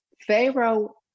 Pharaoh